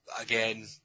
again